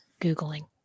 Googling